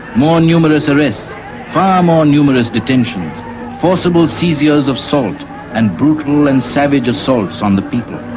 more numerous arrests. far more numerous detentions forcible seizures of salt and brutal and savage assaults on the people.